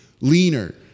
Leaner